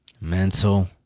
Mental